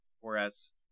Whereas